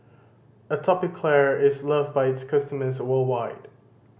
Atopiclair is loved by its customers worldwide